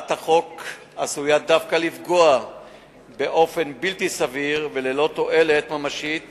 הצעת החוק עשויה דווקא לפגוע באופן בלתי סביר וללא תועלת ממשית